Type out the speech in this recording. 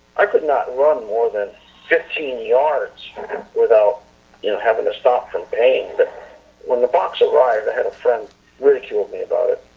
i could not run more than fifteen yards without you know, having to stop from pain. but when the box arrived, i had a friend ridicule me about it.